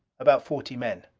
about forty men.